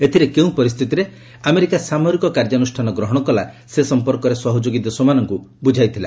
ଏଥିରେ କେଉଁ ପରିସ୍ଥିତିରେ ଆମେରିକା ସାମରିକ କାର୍ଯ୍ୟାନୁଷ୍ଠାନ ଗ୍ରହଣ କଲା ସେ ସମ୍ପର୍କରେ ସହଯୋଗୀ ଦେଶମାନଙ୍କୁ ବୁଝାଇଥିଲା